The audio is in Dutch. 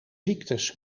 ziektes